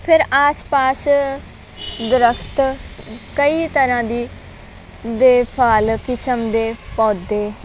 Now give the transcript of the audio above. ਫਿਰ ਆਸ ਪਾਸ ਦਰਖਤ ਕਈ ਤਰ੍ਹਾਂ ਦੀ ਦੇ ਫਲ ਕਿਸਮ ਦੇ ਪੌਦੇ